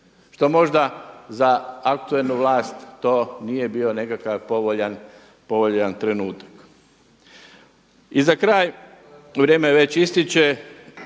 što možda za aktualnu vlast to nije bio nekakav povoljan trenutak. I za kraj, vrijeme već ističe,